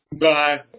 Bye